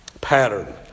pattern